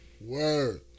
Word